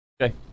Okay